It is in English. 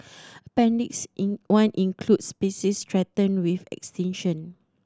appendix in one includes species threatened with extinction